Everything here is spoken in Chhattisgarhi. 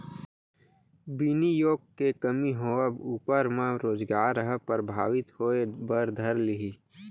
बिनियोग के कमी होवब ऊपर म रोजगार ह परभाबित होय बर धर लिही